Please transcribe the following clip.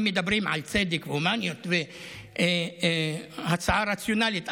אם מדברים על צדק והומניות והצעה רציונלית.